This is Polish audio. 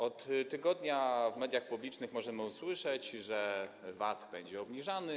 Od tygodnia w mediach publicznych możemy usłyszeć, że VAT będzie obniżany.